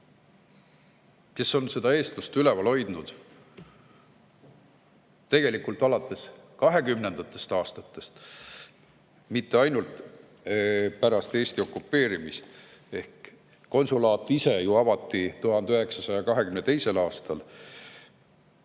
kes on eestlust üleval hoidnud, tegelikult alates 1920. aastatest, mitte ainult pärast Eesti okupeerimist. Konsulaat ise ju avati 1922. aastal.